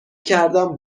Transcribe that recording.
کردم